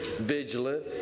vigilant